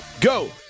go